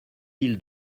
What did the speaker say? mille